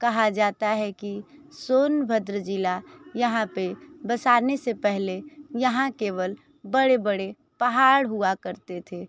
कहा जाता है कि सोनभद्र ज़िला यहाँ पे बसाने से पहले यहाँ केवल बड़े बड़े पहाड़ हुआ करते थे